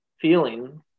feeling